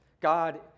God